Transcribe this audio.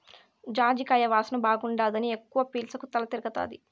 జాజికాయ వాసన బాగుండాదని ఎక్కవ పీల్సకు తల తిరగతాది